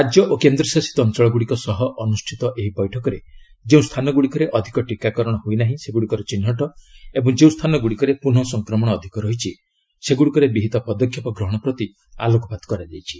ରାଜ୍ୟ ଓ କେନ୍ଦ୍ରଶାସିତ ଅଞ୍ଚଳଗୁଡ଼ିକ ସହ ଅନୁଷ୍ଠିତ ଏହି ବୈଠକରେ ଯେଉଁ ସ୍ଥାନ ଗୁଡ଼ିକରେ ଅଧିକ ଟିକାକରଣ ହୋଇନାହିଁ ସେଗୁଡ଼ିକର ଚିହ୍ନଟ ଓ ଯେଉଁ ସ୍ଥାନ ଗୁଡ଼ିକରେ ପୁନଃ ସଫକ୍ରମଣ ଅଧିକ ରହିଛି ସେଗୁଡ଼ିକରେ ବିହିତ ପଦକ୍ଷେପ ଗ୍ରହଣ ପ୍ରତି ଆଲୋକପାତ କରାଯାଇଛି